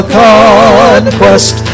conquest